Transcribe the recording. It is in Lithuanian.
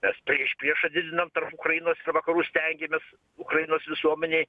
nes priešpriešą didinam tarp ukrainos ir vakarų stengiamės ukrainos visuomenėj